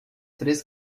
três